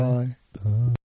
Bye